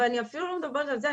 אני אפילו לא מדברת על זה.